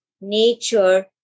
nature